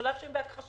בשלב שהן בהכחשה.